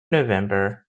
november